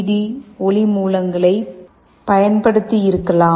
D ஒளி மூலங்களையும் பயன்படுத்தியிருக்கலாம்